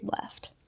left